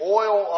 oil